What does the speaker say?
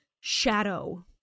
shadow